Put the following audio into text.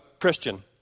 Christian